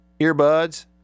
earbuds